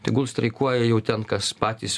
tegul streikuoja jau ten kas patys